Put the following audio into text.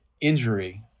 injury